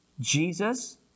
Jesus